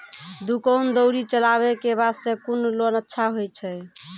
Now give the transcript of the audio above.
दुकान दौरी चलाबे के बास्ते कुन लोन अच्छा होय छै?